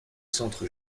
centre